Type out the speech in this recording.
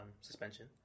suspension